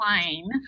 plane